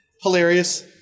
Hilarious